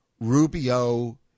Rubio